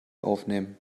aufnehmen